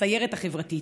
הסיירת החברתית,